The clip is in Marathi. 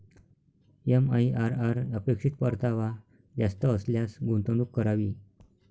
एम.आई.आर.आर अपेक्षित परतावा जास्त असल्यास गुंतवणूक करावी